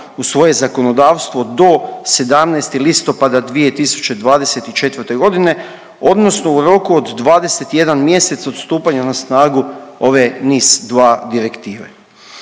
u svoje zakonodavstvo do 17. listopada 2024. godine, odnosno u roku od 21 mjesec od stupanja na snagu ove NIS2 direktive.